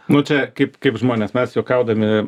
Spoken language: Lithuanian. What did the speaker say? nu čia kaip žmonės mes juokaudami